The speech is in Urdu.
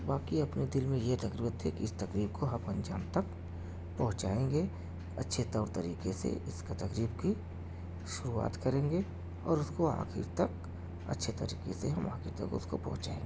باقی اپنے دِل میں یہ تک رکھتے کہ اِس تقریب کو ہم انجام تک پہنچائیں گے اچھے طور طریقے سے اِس کا تقریب کی شروعات کریں گے اور اُس کو آخر تک اچھے طریقے سے ہم آخر تک اُس کو پہونچے